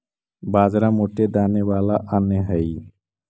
बाजरा मोटे दाने वाला अन्य हई